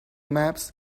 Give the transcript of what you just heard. maps